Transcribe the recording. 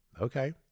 Okay